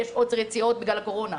יש עוצר יציאות בגלל הקורונה.